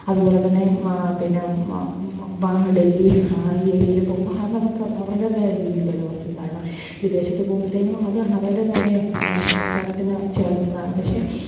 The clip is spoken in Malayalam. അതുപോലെ തന്നെ പിന്നെ ഡളി ആ ഈ ഏരിയയിൽ പോകുമ്പോൾ അത് അവർക്ക് അവരുടേതായ രീതിയിലുള്ള വസ്ത്രധാരണം വിദേശത്ത് പോകുമ്പോഴത്തെക്കും അത് അവരുടേതായ സംസ്കാരത്തിന് ചേർന്നതാണ് പക്ഷെ